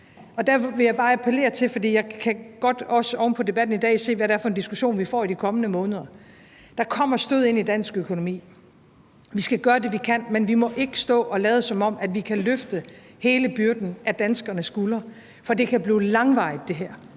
jeg kan oven på debatten i dag også godt se, hvad det er for en diskussion, vi får i de kommende måneder – at der kommer stød ind i dansk økonomi. Vi skal gøre det, vi kan, men vi må ikke stå og lade, som om vi kan løfte hele byrden af danskernes skuldre. For det her kan blive langvarigt, og det